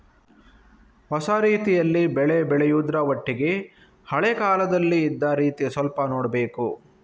ಹೊಸ ರೀತಿಯಲ್ಲಿ ಬೆಳೆ ಬೆಳೆಯುದ್ರ ಒಟ್ಟಿಗೆ ಹಳೆ ಕಾಲದಲ್ಲಿ ಇದ್ದ ರೀತಿ ಸ್ವಲ್ಪ ನೋಡ್ಬೇಕು